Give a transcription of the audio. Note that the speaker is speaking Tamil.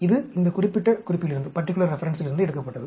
இது இந்த குறிப்பிட்ட குறிப்பிலிருந்து எடுக்கப்பட்டது